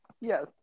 Yes